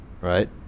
right